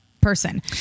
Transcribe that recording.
person